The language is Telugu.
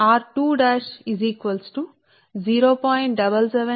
7788 ఇంటూ మీr2 కు సమానం